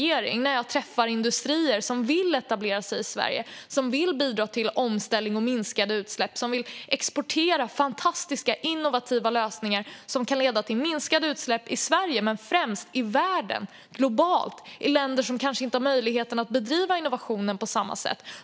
Detta hör jag när jag träffar industrier som vill etablera sig i Sverige, som vill bidra till omställning och minskade utsläpp och som vill exportera fantastiska innovativa lösningar som kan leda till minskade utsläpp i Sverige men främst i världen, globalt, i länder som kanske inte har möjlighet att driva innovation på samma sätt.